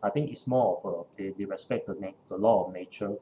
I think it's more of uh they they respect the na~ the law of nature